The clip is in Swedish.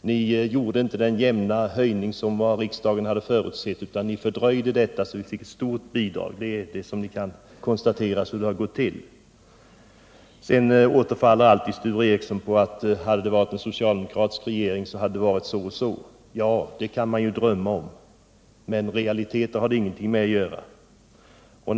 Ni gjorde inte den jämna höjning som riksdagen hade förutsatt — det är lätt att konstatera att det är så det har gått till. Sture Ericson återfaller alltid på att hade vi haft en socialdemokratisk regering så hade det varit så och så. Ja, det kan man ju drömma om, men realiteter har det ingenting att göra med.